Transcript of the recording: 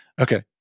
Okay